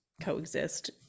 coexist